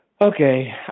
Okay